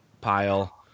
pile